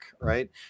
right